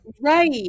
Right